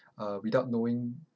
uh without knowing